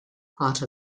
part